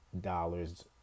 dollars